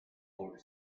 wood